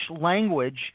language